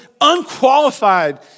unqualified